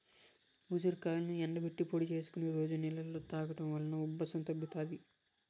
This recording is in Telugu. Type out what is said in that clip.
ఉసిరికాయలను ఎండబెట్టి పొడి చేసుకొని రోజు నీళ్ళలో తాగడం వలన ఉబ్బసం తగ్గుతాది